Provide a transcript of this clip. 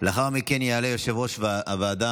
לאחר מכן יעלה יושב-ראש הוועדה,